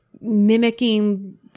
mimicking